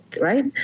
right